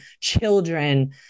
children